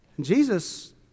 Jesus